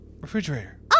refrigerator